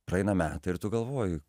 praeina metai ir tu galvoji